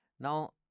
now